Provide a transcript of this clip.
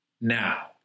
now